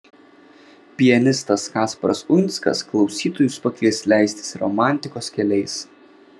pianistas kasparas uinskas klausytojus pakvies leistis romantikos keliais